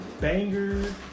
Banger